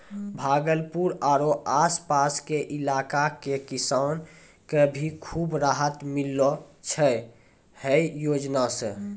भागलपुर आरो आस पास के इलाका के किसान कॅ भी खूब राहत मिललो छै है योजना सॅ